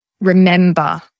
remember